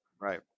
Right